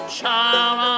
child